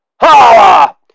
Ha